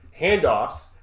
handoffs